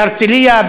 בהרצלייה,